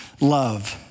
love